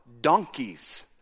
donkeys